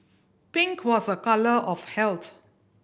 pink was a colour of health